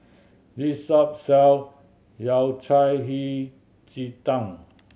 this shop sell Yao Cai Hei Ji Tang